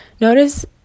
Notice